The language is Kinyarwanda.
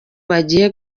bagiye